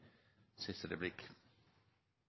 siste